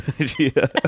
idea